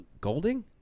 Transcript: Golding